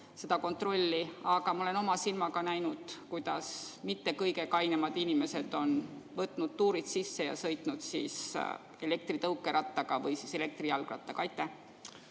väga õige, aga ma olen oma silmaga näinud, kuidas mitte kõige kainemad inimesed on võtnud tuurid sisse ja sõitnud siis elektritõukerattaga või elektrijalgrattaga. Aitäh!